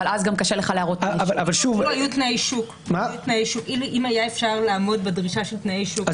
אבל אז גם קשה לך להראות --- אם היה אפשר לעמוד בדרישה של תנאי שוק,